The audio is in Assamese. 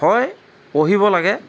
হয় পঢ়িব লাগে